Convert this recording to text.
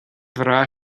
bhreá